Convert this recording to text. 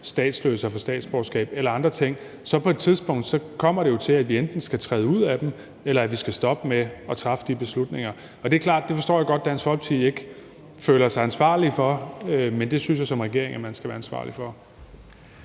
statsløse at få statsborgerskab eller andre ting, så vil det på et tidspunkt komme til, at vi enten skal træde ud af dem, eller at vi skal stoppe med at træffe de beslutninger. Det er klart, at det forstår jeg godt Dansk Folkeparti ikke føler sig ansvarlig for, men det synes jeg som regering man skal være ansvarlig for.